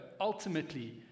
ultimately